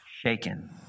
shaken